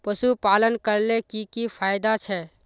पशुपालन करले की की फायदा छे?